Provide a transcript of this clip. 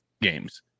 games